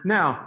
Now